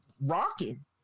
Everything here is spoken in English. rocking